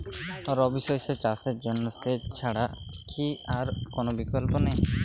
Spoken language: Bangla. রবি শস্য চাষের জন্য সেচ ছাড়া কি আর কোন বিকল্প নেই?